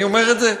אני אומר את זה,